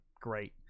great